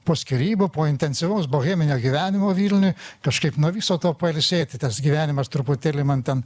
po skyrybų po intensyvaus boheminio gyvenimo vilniuj kažkaip nuo viso to pailsėti tas gyvenimas truputėlį man ten